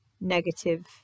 negative